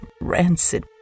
rancid